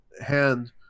hand